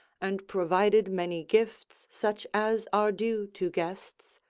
and provided many gifts such as are due to guests,